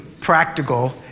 practical